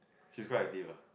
she's quite active ah